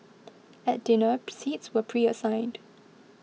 at dinner seats were preassigned